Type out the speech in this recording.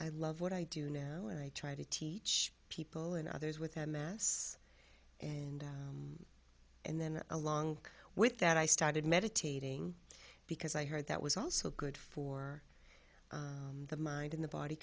i love what i do now i try to teach people and others with m s and and then along with that i started meditating because i heard that was also good for the mind in the body